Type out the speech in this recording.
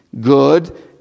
good